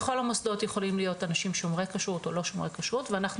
בכל המוסדות יכולים להיות אנשים שומרי כשרות או לא שומרי כשרות ואנחנו